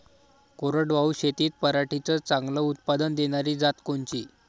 कोरडवाहू शेतीत पराटीचं चांगलं उत्पादन देनारी जात कोनची?